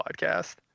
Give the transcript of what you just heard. podcast